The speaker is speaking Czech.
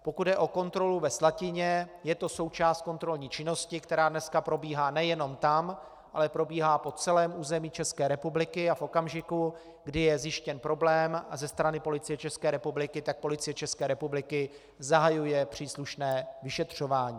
Pokud jde o kontrolu ve Slatině, je to součást kontrolní činnosti, která dneska probíhá nejenom tam, ale probíhá po celém území České republiky, a v okamžiku, kdy je zjištěn problém ze strany Policie České republiky, tak Policie České republiky zahajuje příslušné vyšetřování.